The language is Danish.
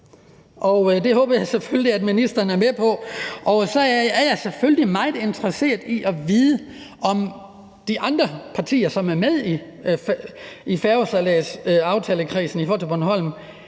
det håber jeg selvfølgelig at ministeren er med på. Og så er jeg selvfølgelig meget interesseret i at vide, om de andre partier, som er med i færgesejladsaftalekredsen i forhold til Bornholm,